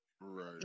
Right